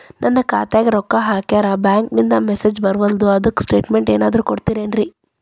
ನನ್ ಖಾತ್ಯಾಗ ರೊಕ್ಕಾ ಹಾಕ್ಯಾರ ಬ್ಯಾಂಕಿಂದ ಮೆಸೇಜ್ ಬರವಲ್ದು ಅದ್ಕ ಸ್ಟೇಟ್ಮೆಂಟ್ ಏನಾದ್ರು ಕೊಡ್ತೇರೆನ್ರಿ?